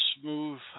smooth